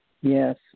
Yes